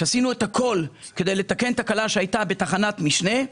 עשינו את הכול כדי לתקן תקלה שהייתה בתחנת משנה,